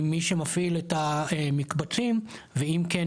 עם מי שמפעיל את המקבצים ואם כן,